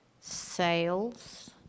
Sales